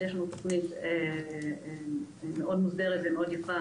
יש לנו תוכנית מאוד מוגדרת ויפה